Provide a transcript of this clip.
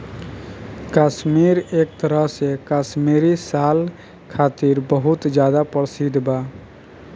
काश्मीर एक तरह से काश्मीरी साल खातिर बहुत ज्यादा प्रसिद्ध बा